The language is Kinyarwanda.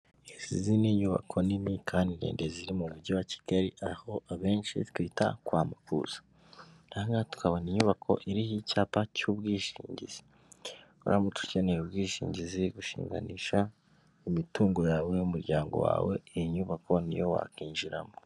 Izi ni nyubako nini kandi ndende ziri mu mujyi wa Kigali, aho abenshi twita kwa Mukuza. Ahangaha tukabona inyubako iriho icyapa cy'ubwishingizi. Uramutse ukeneye ubwishingizi, gushinganisha imitungo yawe, umuryango wawe, iyi nyubako niyo wakinjiramo.